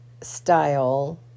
style